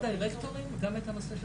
גם את הנושא של